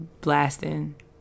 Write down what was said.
Blasting